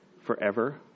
forever